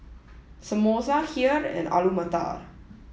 Samosa Kheer and Alu Matar